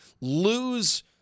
Lose